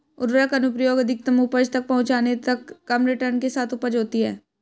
उर्वरक अनुप्रयोग अधिकतम उपज तक पहुंचने तक कम रिटर्न के साथ उपज होती है